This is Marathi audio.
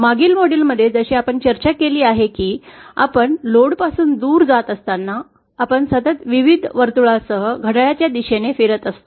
मागील मॉड्यूलमध्ये जसे आपण चर्चा केली आहे की आपण लोडपासून दूर जात असताना आपण सतत विविध वर्तुळासह घड्याळाच्या दिशेने फिरत फिरत असतो